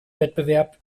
wettbewerb